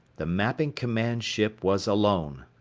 the mapping command ship was alone.